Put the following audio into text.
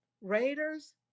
Raiders